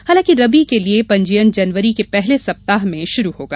हालांकि रबी के लिए पंजीयन जनवरी र्क पहले सप्ताह में शुरू होगा